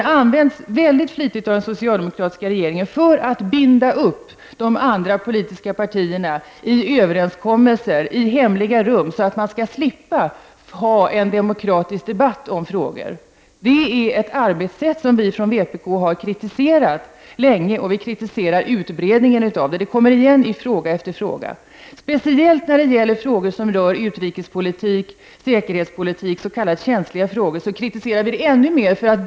Partiöverläggningar används för att binda upp de andra politiska partierna i överenskommelser i hemliga rum, så att regeringen skall slippa en demokratisk debatt om olika frågor. Det är ett arbetssätt som vi i vpk har kritiserat länge, och vi kritiserar utbredningen av det. Det kommer igen i fråga efter fråga. När det gäller frågor som rör utrikespolitik och säkerhetspolitik, s.k. känsliga frågor, kritiserar vi förfarandet ännu mer.